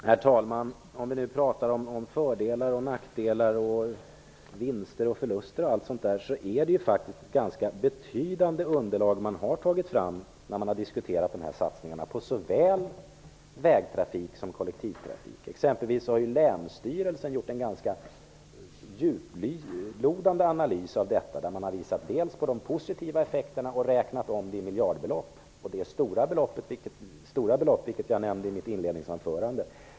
Herr talman! Om vi nu pratar om fördelar och nackdelar, vinster och förluster och allt sådant, är det faktiskt ett ganska betydande underlag som man har tagit fram när man har diskuterat satsningarna på såväl vägtrafik som kollektivtrafik. Länsstyrelsen har exempelvis gjort en ganska djuplodande analys av detta, där man har visat på bl.a. de positiva effekterna och räknat om dem i miljardbelopp - det är stora belopp, vilket jag nämnde i mitt inledningsanförande.